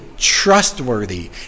trustworthy